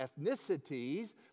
ethnicities